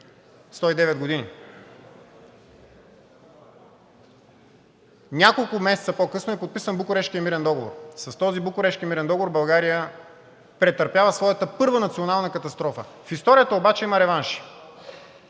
109 години. Няколко месеца по-късно е подписан Букурещкият мирен договор. С този Букурещки мирен договор България претърпява своята първа национална катастрофа. В историята обаче има реванш.